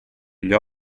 gli